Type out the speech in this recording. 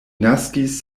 naskis